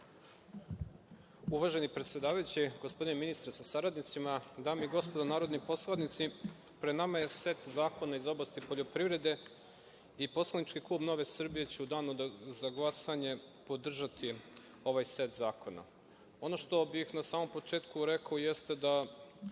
Uvaženi predsedavajući, gospodine ministre sa saradnicima, dame i gospodo narodni poslanici, pred nama je set zakona iz oblasti poljoprivrede i poslanički klub Nove Srbije će u danu za glasanje podržati ovaj set zakona. Ono što bih na samom početku rekao, jeste da